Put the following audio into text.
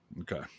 Okay